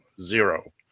Zero